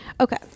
Okay